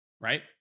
Right